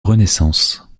renaissance